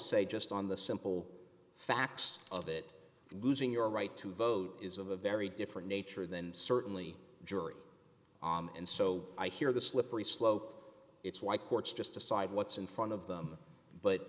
say just on the simple facts of it losing your right to vote is a very different nature than certainly jury and so i hear the slippery slope it's why courts just decide what's in front of them but